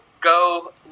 Go